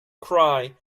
cry